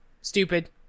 Stupid